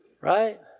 Right